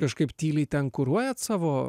kažkaip tyliai ten kuruojat savo